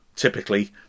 typically